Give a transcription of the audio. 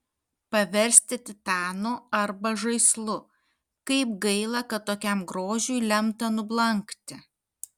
paversti titanu arba žaislu kaip gaila kad tokiam grožiui lemta nublankti